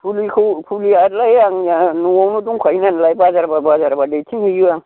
फुलिखौ फुलियालाय आंनिया न'आवनो दंखायो नालाय बाजारबा बाजारबा दैथिं हैयो आं